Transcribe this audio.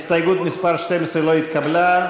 הסתייגות מס' 12 לא התקבלה.